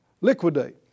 Liquidate